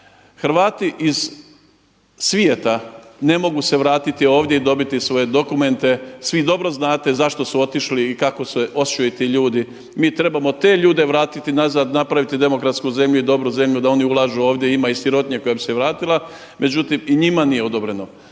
Hrvati iz svijeta ne mogu se vratiti ovdje i dobiti svoje dokumente. Svi dobro znate zašto su otišli i kako se osjećaju ti ljudi. Mi trebamo te ljude vratiti nazad, napraviti demokratsku zemlju i dobru zemlju da oni ulažu ovdje, ima i sirotinje koja bi se vratila, međutim i njima nije odobreno.